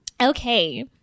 Okay